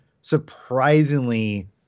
surprisingly